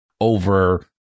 over